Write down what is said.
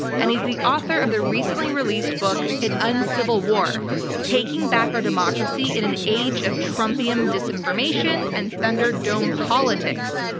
and he's the author of the recently released book an uncivil war taking back our democracy in an age of trumpian disinformation and thunderdome politics.